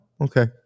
okay